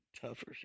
tougher